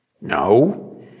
No